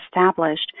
established